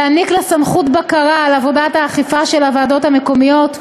להעניק לה סמכות בקרה על עבודת האכיפה של הוועדות המקומיות,